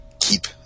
keep